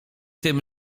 tym